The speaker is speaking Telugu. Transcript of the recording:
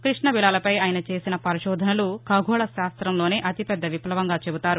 కృష్ణబిలాలపై ఆయన చేసిన పరిశోధనలు ఖగోళ శాస్త్రంలోనే అతిపెద్ద విప్లవంగా చెబుతారు